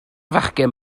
fachgen